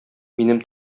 минем